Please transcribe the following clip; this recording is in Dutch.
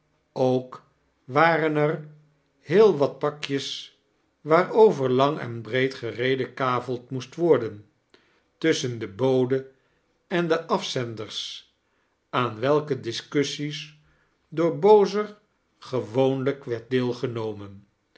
ook waren er heel wat pakjes waarover lang en breed geredekaveld moest worden tusschen den bode en de afzenders aan welke disoussies door bozer gewoonlijk werd deelgenomen